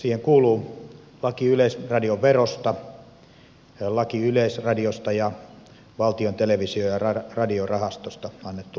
siihen kuuluvat laki yleisradioverosta laki yleisradiosta ja valtion televisio ja radiorahastosta annettu laki